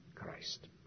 Christ